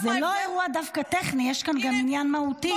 זה לא אירוע טכני דווקא, יש כאן גם עניין מהותי.